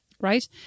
right